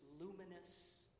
luminous